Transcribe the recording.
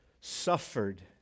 suffered